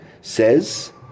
says